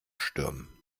stürmen